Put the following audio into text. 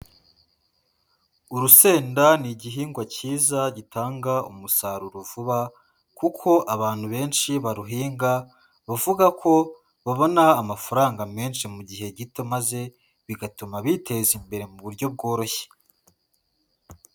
Urusenda ni igihingwa cyiza gitanga umusaruro vuba, kuko abantu benshi baruhinga, bavuga ko babona amafaranga menshi mu gihe gito maze, bigatuma biteza imbere mu buryo bworoshye.